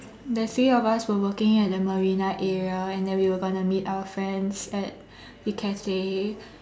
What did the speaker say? the three of us were working at the Marina area and then we were going to meet our friends at the cafe